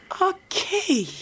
Okay